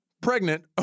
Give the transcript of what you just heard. pregnant